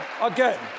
again